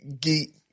geek